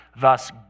Thus